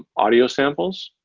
audio samples,